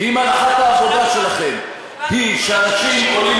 כי אם הנחת העבודה שלכן היא שאנשים ------- עולים